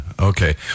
Okay